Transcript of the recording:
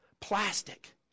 plastic